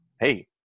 hey